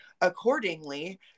accordingly